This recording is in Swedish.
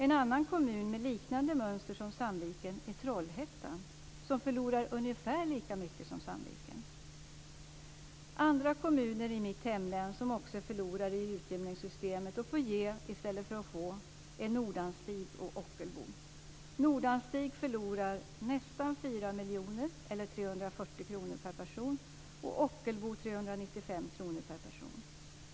En annan kommun med liknande mönster som Sandviken är Trollhättan, som förlorar ungefär lika mycket som Sandviken. Andra kommuner i mitt hemlän som också är förlorare i utjämningssystemet och får ge i stället för att få är Nordanstig och Ockelbo. Nordanstig förlorar nästan 4 miljoner, eller 340 kr per person, och Ockelbo 395 kr per person.